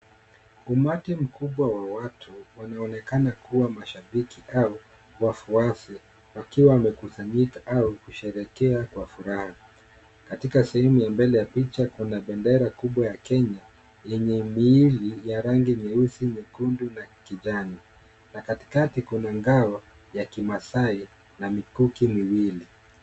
Umati mkubwa wa watu wanaonekana kuwa mashabiki au wafuasi, wakiwa wamekusanyika au kusherekea kwa furaha. Katika sehemu ya mbele ya picha, kuna bendera kubwa ya Kenya, yenye miili ya rangi nyeusi, nyekundu na kijani, na katikati kuna ngao ya kimasai na mikuki miwili.